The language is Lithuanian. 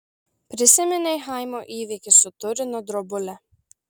prisiminė chaimo įvykį su turino drobule